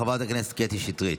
חברת הכנסת קטי שטרית,